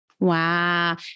Wow